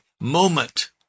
moment